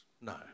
no